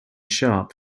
sharp